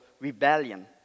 rebellion